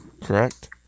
correct